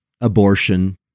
abortion